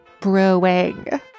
brewing